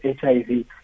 HIV